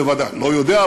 בוודאי לא יודע,